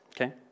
Okay